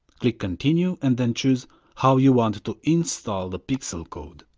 click continue and then choose how you want to install the pixel code.